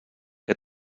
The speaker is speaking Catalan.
que